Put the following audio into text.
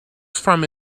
from